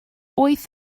wyth